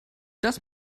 das